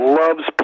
loves